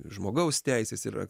žmogaus teisės ir